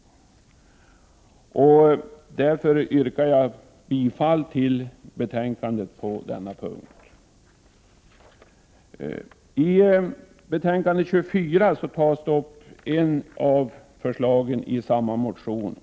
Jag yrkar bifall till utskottets hemställan på denna punkt. I utbildningsutskottets betänkande nr 24 behandlas ett annat av förslagen i samma motion.